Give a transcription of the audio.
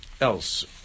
else